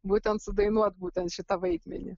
būtent sudainuot būtent šitą vaidmenį